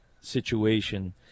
situation